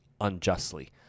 unjustly